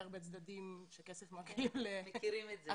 וסליחה שאני אומרת את זה מאוד חשובים.